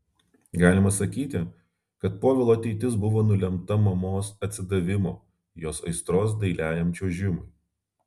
galima sakyti kad povilo ateitis buvo nulemta mamos atsidavimo jos aistros dailiajam čiuožimui